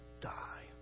die